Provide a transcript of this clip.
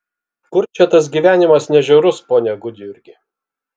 kur čia tas gyvenimas ne žiaurus pone gudjurgi